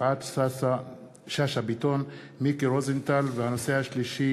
יפעת שאשא ביטון ומיקי רוזנטל בנושא: